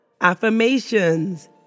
affirmations